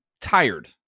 tired